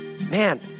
man